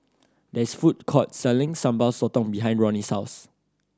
there is a food court selling Sambal Sotong behind Ronnie souse